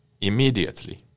immediately